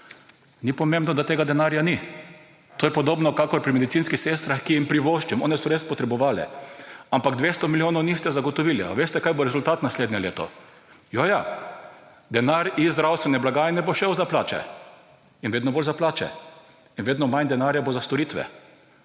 ni pomembno, da tega denarja ni to je podobno kakor pri medicinskih sestrah, ki jih privoščim, one so res potrebovale, ampak 200 milijonov niste zagotovili. Ali veste kaj bo rezultat naslednje leto? Ja, ja, denar iz zdravstvene blagajne bo šel za plače in vedno bolj za plače in vedno manj denarja bo za storitve.